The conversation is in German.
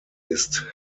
ist